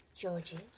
georgie.